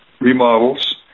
remodels